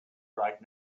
right